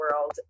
world